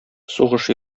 сугыш